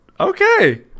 Okay